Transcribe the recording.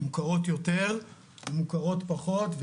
מוכרות יותר ומוכרות פחות.